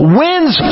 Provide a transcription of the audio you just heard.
wins